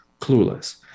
clueless